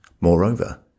Moreover